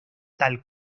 tal